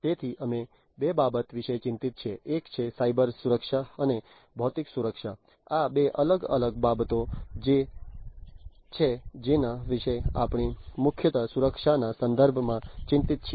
તેથી અમે બે બાબતો વિશે ચિંતિત છીએ એક છે સાયબર સુરક્ષા અને ભૌતિક સુરક્ષા આ બે અલગ અલગ બાબતો છે જેના વિશે આપણે મુખ્યત્વે સુરક્ષાના સંદર્ભમાં ચિંતિત છીએ